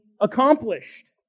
accomplished